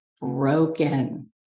broken